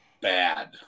bad